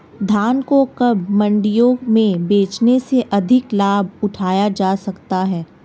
धान को कब मंडियों में बेचने से अधिक लाभ उठाया जा सकता है?